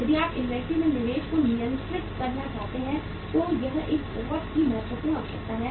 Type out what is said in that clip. यदि आप इन्वेंट्री में निवेश को नियंत्रित करना चाहते हैं तो यह एक बहुत ही महत्वपूर्ण आवश्यकता है